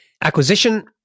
Acquisition